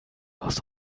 aus